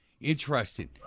Interesting